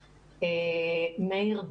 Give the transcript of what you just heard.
מאיר,